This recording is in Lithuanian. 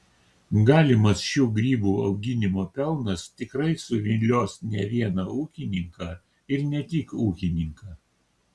galimas šių grybų auginimo pelnas tikrai suvilios ne vieną ūkininką ir ne tik ūkininką